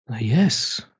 yes